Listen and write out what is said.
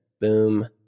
boom